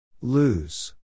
Lose